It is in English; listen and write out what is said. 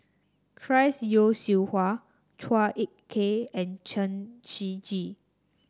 Chris Yeo Siew Hua Chua Ek Kay and Chen Shiji